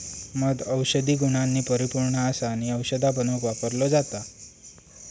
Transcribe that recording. मध औषधी गुणांनी परिपुर्ण असा आणि औषधा बनवुक वापरलो जाता